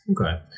Okay